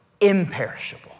imperishable